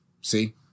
See